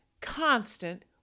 constant